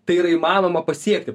tai yra įmanoma pasiekti